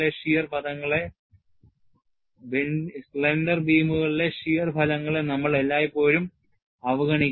slender ബീമുകളിലെ shear ഫലങ്ങളെ നമ്മൾ എല്ലായ്പ്പോഴും അവഗണിക്കും